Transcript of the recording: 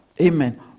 amen